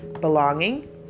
belonging